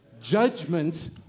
judgment